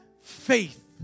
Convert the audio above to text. faith